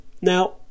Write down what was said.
Now